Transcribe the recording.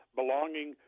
belonging